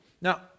Now